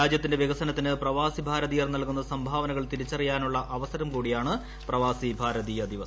രാജ്യത്തിന്റെ വികസനത്തിന് പ്രവാസി ഭാരതീയർ നൽകുന്ന് സംഭാവനകൾ തിരിച്ചറിയാനുള്ള അവസരം കൂടിയാണ് പ്രവാസി ഭാരതീയ ദിവസ്